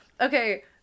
okay